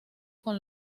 con